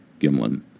Gimlin